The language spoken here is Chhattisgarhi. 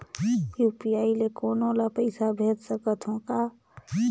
यू.पी.आई ले कोनो ला पइसा भेज सकत हों का?